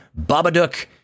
Babadook